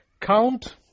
count